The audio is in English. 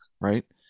right